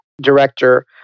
director